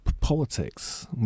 politics